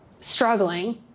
struggling